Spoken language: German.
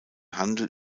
handel